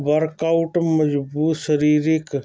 workout ਮਜ਼ਬੂਤ ਸਰੀਰਿਕ